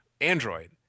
android